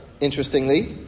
interestingly